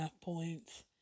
points